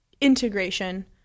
integration